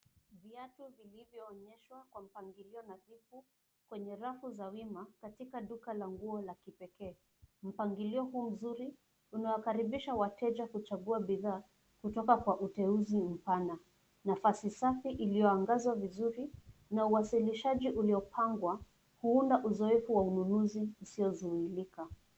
Viatu vilivyoonyeshwa kwa mpangilio nadhifu, kwenye rafu za wima katika duka la nguo la kipekee. Mpangilio huu mzuri, unawakaribisha wateja kuchagua bidhaa, kutoka kwa uteuzi mpana. Nafasi safi iliyoangazwa vizuri, na uwasilishaji uliopangwa, huunda uzoefu wa ununuzi usiozuilika.